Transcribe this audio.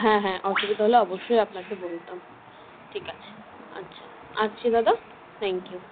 হ্যাঁ হ্যাঁ অসুবিধা হলে অবশ্যই আপনাকে বলতাম ঠিক আছে আচ্ছা আসছি দাদা থ্যাঙ্ক ইউ